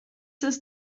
ist